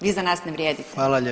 Vi za nas ne vrijedite.